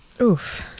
Oof